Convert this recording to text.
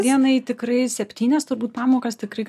dienai tikrai septynias turbūt pamokas tikrai